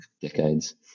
decades